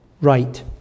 right